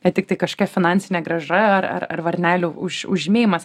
ne tiktai kažkia finansinė grąža ar ar ar varnelių už už žymėjimas